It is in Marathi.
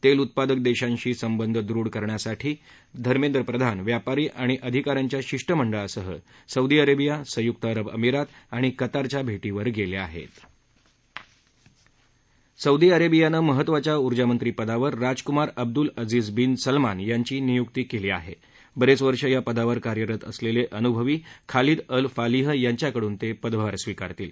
तेस्ती उत्पादक दक्षीशी संबंध दृढ करण्यासाठी धर्मेंद्र प्रधान व्यापारी आणि अधिका यांच्या शिष्टमंडळासह सौदी अरखिया संयुक्त अरब अमिरात आणि कतारच्या भटीवर गल्लिहित सौदी अरश्वियानं महत्त्वाच्या उर्जामंत्री पदावर राजकुमार अब्दुल अजीझ बीन सलमान यांची नियुक्ती क्वीी आहब्रेरद्दवर्ष या पदावर कार्यरत असल्लििनुभवी खालीद अल फालीह यांच्याकडून त्विद्धभार स्वीकारतील